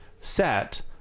set